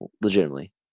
Legitimately